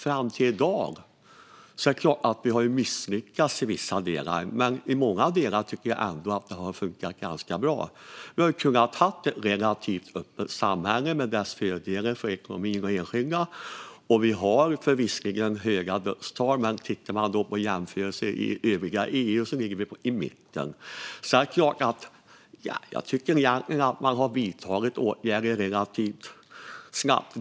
Fram till i dag är det klart att vi har misslyckats i vissa delar, fru talman, men jag tycker ändå att det i många delar har funkat ganska bra. Vi har kunnat ha ett relativt öppet samhälle med de fördelar detta innebär för ekonomin och enskilda. Vi har visserligen höga dödstal, men i jämförelse med övriga EU ligger vi i mitten. Jag tycker egentligen att regeringen har vidtagit åtgärder relativt snabbt.